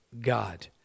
God